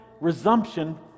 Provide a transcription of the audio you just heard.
resumption